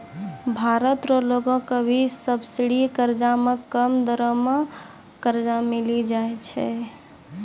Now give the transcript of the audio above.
भारत रो लगो के भी सब्सिडी कर्जा मे कम दरो मे कर्जा मिली जाय छै